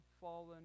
fallen